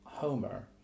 homer